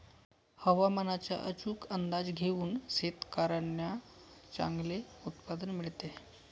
हवामानाचा अचूक अंदाज घेऊन शेतकाऱ्यांना चांगले उत्पादन मिळते